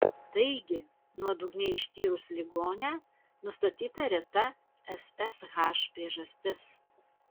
taigi nuodugniai ištyrus ligonę nustatyta reta ssh priežastis